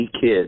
kid